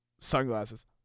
Sunglasses